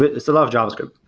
it's a lot of javascript,